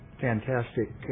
fantastic